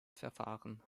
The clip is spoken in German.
verfahren